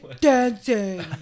dancing